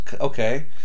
Okay